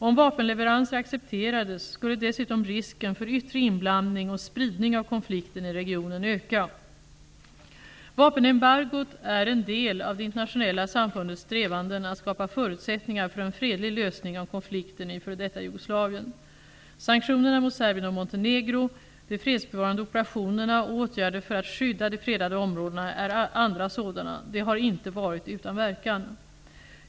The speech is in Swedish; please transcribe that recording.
Om vapenleveranser accepterades skulle dessutom risken för yttre inblandning och spridning av konflikten i regionen öka. Vapenembargot är en del av det internationella samfundets strävanden att skapa förutsättningar för en fredlig lösning av konflikten i f.d. Jugoslavien. Sanktionerna mot Serbien och Montenegro, de fredsbevarande operationerna och åtgärder för att skydda de fredade områdena är andra sådana. De har inte varit utan verkan.